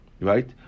right